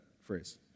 phrase